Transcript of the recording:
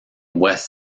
west